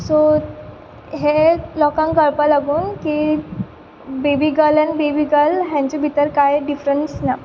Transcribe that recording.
so हें लोकांक कळपा लागून की बेबी गल आनी बेबी गल हांचें भितर कांय डिफरंस ना